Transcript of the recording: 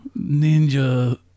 Ninja